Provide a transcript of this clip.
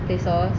places